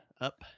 up